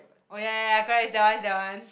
oh ya ya ya correct it's that one it's that one